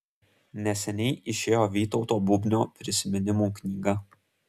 neseniai išėjo vytauto bubnio prisiminimų knyga